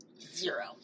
Zero